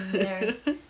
hehehe